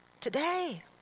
today